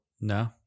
No